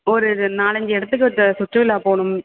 ஒரு நாலஞ்சு இடத்துக்கு த சுற்றுலா போகணும்